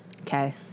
Okay